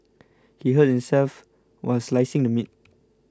he hurt himself while slicing the meat